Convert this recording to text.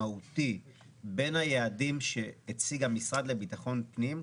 מהותי בין היעדים שהציג המשרד לביטחון פנים,